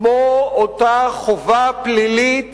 כמו אותה חובה פלילית